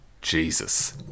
Jesus